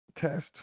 test